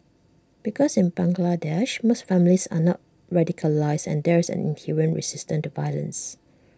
because in Bangladesh most families are not radicalised and there is an inherent resistance to violence